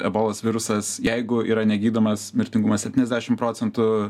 ebolos virusas jeigu yra negydomas mirtingumas septyniasdešim procentų